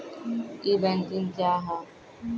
ई banking क्या हैं?